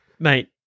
Mate